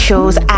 shows